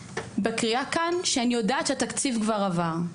בקריאה כאן שאני יודעת שהתקציב כבר עבר.